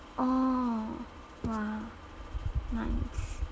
orh !wah! nice